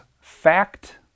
fact